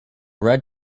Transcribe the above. red